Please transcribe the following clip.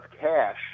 cash